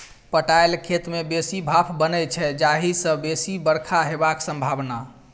पटाएल खेत मे बेसी भाफ बनै छै जाहि सँ बेसी बरखा हेबाक संभाबना